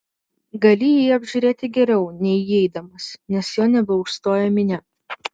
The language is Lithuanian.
gali jį apžiūrėti geriau nei įeidamas nes jo nebeužstoja minia